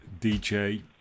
DJ